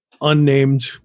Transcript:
unnamed